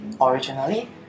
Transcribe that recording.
originally